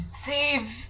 save